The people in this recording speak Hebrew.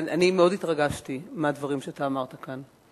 אני מאוד התרגשתי מהדברים שאתה אמרת כאן,